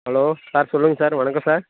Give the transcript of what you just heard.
hello sir சொல்லுங்க sir வணக்கம் sir